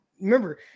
Remember